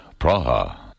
Praha